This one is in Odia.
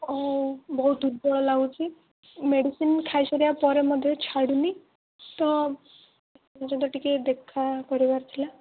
ଆଉ ବହୁତ ଦୁର୍ବଳ ଲାଗୁଛି ମେଡ଼ିସିନ୍ ଖାଇସାରିବା ପରେ ମଧ୍ୟ ଛାଡ଼ୁନି ତ ଆପଣଙ୍କ ସହିତ ଟିକିଏ ଦେଖା କରିବାର ଥିଲା